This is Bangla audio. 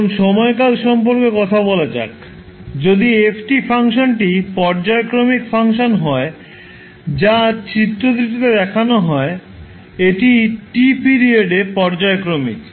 এখন সময়কাল সম্পর্কে কথা বলা যাক যদি f ফাংশনটি পর্যায়ক্রমিক ফাংশন হয় যা চিত্রটিতে দেখানো হয় এটি t পিরিয়ডে পর্যায়ক্রমিক